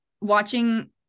watching